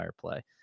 play